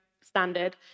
standard